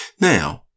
Now